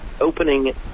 opening